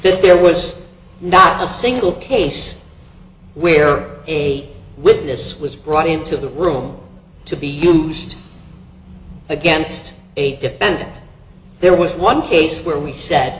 that there was not a single case where a witness was brought into the room to be used against a defendant there was one case where we said